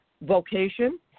vocation